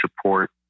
support